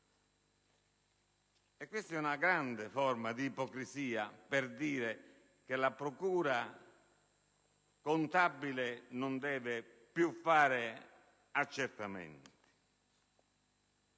Questa è una grande forma di ipocrisia per dire che la procura contabile non deve più fare accertamenti.